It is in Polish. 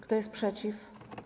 Kto jest przeciw?